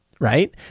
Right